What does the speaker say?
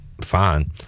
fine